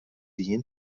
dien